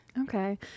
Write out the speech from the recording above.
Okay